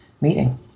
meeting